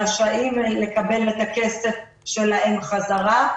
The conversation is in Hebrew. רשאים לקבל את הכסף שלהם חזרה.